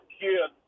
kid